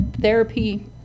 therapy